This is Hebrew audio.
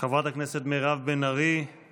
חברת הכנסת מירב בן ארי;